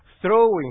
Throwing